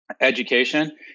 education